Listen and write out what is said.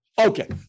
Okay